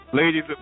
Ladies